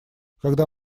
когда